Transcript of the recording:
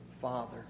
father